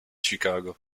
chicago